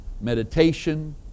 meditation